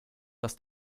dass